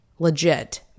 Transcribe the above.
Legit